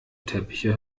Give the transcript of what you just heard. teppiche